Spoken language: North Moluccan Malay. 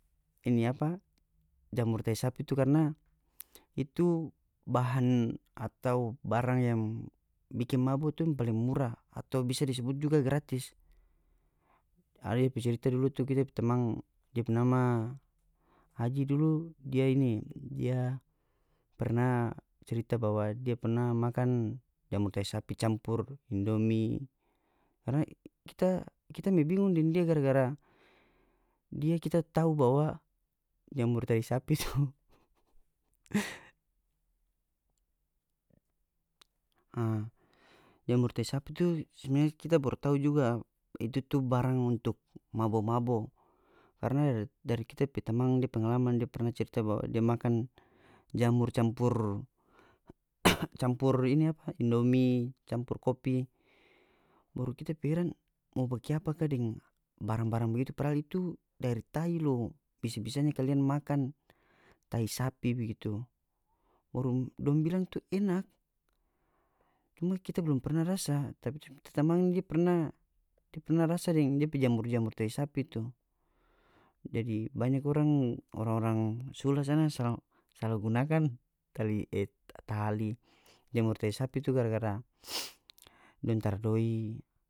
Ini apa jamur tai sapi tu karna itu bahan atau barang yang bikin mabo tu yang paling murah atau bisa disebut juga gratis ada depe cerita tu dulu kita pe temang dia pe nama haji dulu dia ini dia perna cerita bahwa dia perna makan jamur tai sapi campur indomi karna kita kita me bingung deng dia gara-gara dia kita tau bahw jamur tai sapi tu a jamur tai sapi tu sebenarnya kita baru tau juga itu tu barang untuk mabo-mabo karna dari kita pe tamang dia pengalaman dia perna cerita bahwa dia makan jamur campur campur ini apa indomi campur kopi baru kita pe heran mo bikiapa ka deng barang-barang bagitu padahal itu dari tai lo bisa-bisanya kalian makan tai sapi begitu baru dong bilang tu enak cuma kita belum perna rasa tapi cuma ta tamang ini dia perna dia perna rasa deng dia pe jamur-jamur tai sapi tu jadi banyak orang oran-orang sula sana sala gunakan tali e tali jemur tai sapi itu gara-gara dong tara doi.